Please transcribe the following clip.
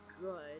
good